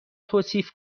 توصیف